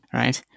right